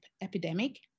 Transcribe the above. epidemic